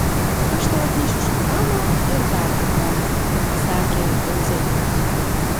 aš tau atnešiu šampano ir dar kai ko pasakė euzebijus